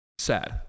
Sad